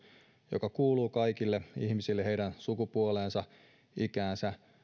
joka kuuluu kaikille ihmisille heidän sukupuoleensa ikäänsä